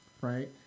right